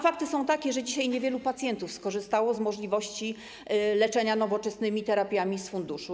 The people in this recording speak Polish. Fakty są takie, że dzisiaj niewielu pacjentów skorzystało z możliwości leczenia nowoczesnymi terapiami z funduszu.